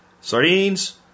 sardines